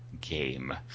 game